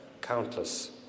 countless